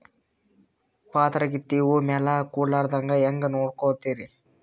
ಪಾತರಗಿತ್ತಿ ಹೂ ಮ್ಯಾಲ ಕೂಡಲಾರ್ದಂಗ ಹೇಂಗ ನೋಡಕೋತಿರಿ?